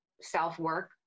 self-work